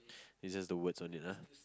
it's just the words on it ah